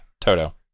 Toto